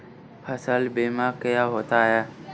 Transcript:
फसल बीमा क्या होता है?